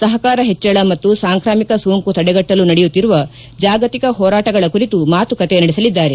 ಸಹಕಾರ ಹೆಚ್ಚಳ ಮತ್ತು ಸಾಂಕ್ರಾಮಿಕ ಸೋಂಕು ತಡೆಗಟ್ಟಲು ನಡೆಯುತ್ತಿರುವ ಜಾಗತಿಕ ಹೋರಾಟಗಳ ಕುರಿತು ಮಾತುಕತೆ ನಡೆಸಲಿದ್ದಾರೆ